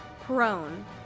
prone